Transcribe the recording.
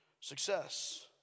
Success